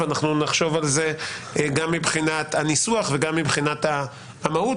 ואנחנו נחשוב על זה גם מבחינת הניסוח וגם מבחינת המהות.